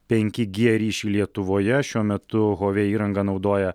penki g ryšį lietuvoje šiuo metu huavei įrangą naudoja